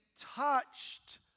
touched